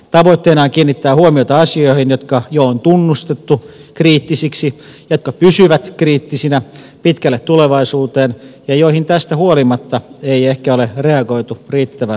tavoitteena on kiinnittää huomiota asioihin jotka jo on tunnustettu kriittisiksi jotka pysyvät kriittisinä pitkälle tulevaisuuteen ja joihin tästä huolimatta ei ehkä ole reagoitu riittävän laaja alaisesti